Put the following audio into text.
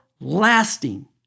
lasting